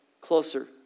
closer